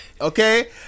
okay